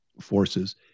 forces